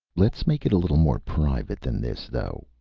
let's make it a little more private than this, though.